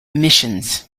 missions